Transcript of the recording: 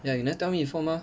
ya you never tell me before mah